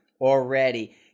already